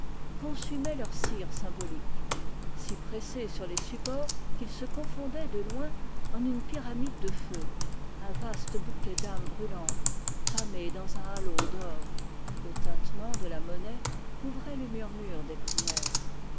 consumaient leur cire symbolique si pressés sur les supports qu'ils se confondaient de loin en une pyramide de feux un vaste bouquet d'âmes brûlantes dans un halo d'or le tintement de la monnaie couvrait le murmure des prières